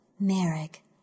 Merrick